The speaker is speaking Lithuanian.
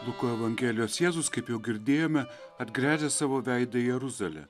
luko evangelijos jėzus kaip jau girdėjome atgręžia savo veidą į jeruzalę